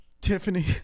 tiffany